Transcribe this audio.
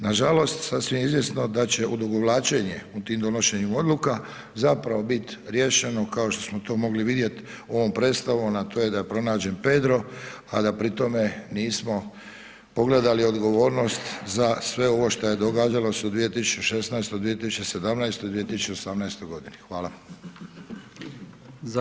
Nažalost, sasvim izvjesno da će odugovlačenje u tim donošenjem odluka zapravo bit riješeno, kao što smo to mogli vidjet ovom predstavom, a to je da je pronađen pedro, a da pri tome nismo pogledali odgovornost za sve ovo šta je događalo se u 2016., 2017., 2018.g. Hvala.